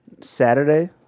Saturday